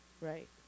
Right